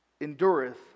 endureth